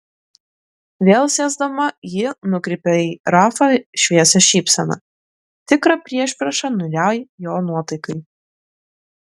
vėl sėsdama ji nukreipė į rafą šviesią šypseną tikrą priešpriešą niūriai jo nuotaikai